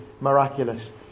miraculous